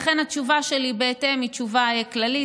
לכן התשובה שלי היא תשובה כללית,